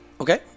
okay